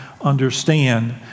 understand